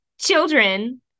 children